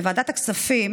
בוועדת הכספים